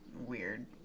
weird